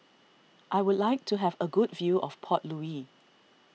I would like to have a good view of Port Louis